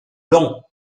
long